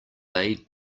they